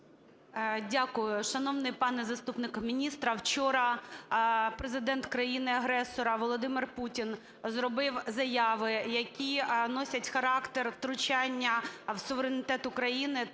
Дякую. Шановний пане заступник міністра, вчора президент країни-агресора Володимир Путін зробив заяви, які носять характер втручання в суверенітет України